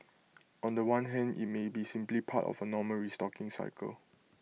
on The One hand IT may be simply part of A normal restocking cycle